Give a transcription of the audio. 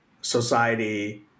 society